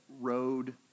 road